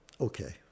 okay